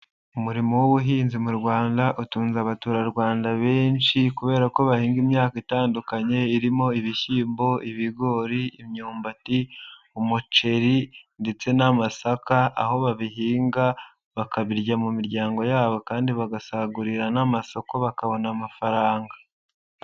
Umurimo w'ubuhinzi mu Rwanda utunze abaturarwanda benshi kubera ko bahinga imyaka itandukanye, irimo: ibishyimbo, ibigori, imyumbati, umuceri ndetse n'amasaka, aho babihinga bakabirya mu miryango yabo kandi bagasagurira n'amasoko bakabona amafaranga.